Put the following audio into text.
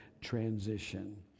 transition